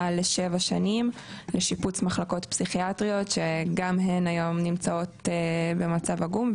לשבע שנים לשיפוץ מחלקות פסיכיאטריות שגם הן היום נמצאות במצב עגום,